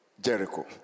Jericho